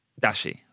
dashi